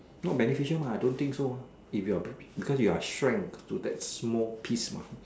not beneficial mah I don't think so ah if you are because you are shrunk to that small piece mah